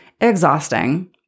exhausting